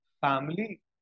family